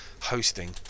hosting